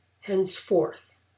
henceforth